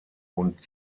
und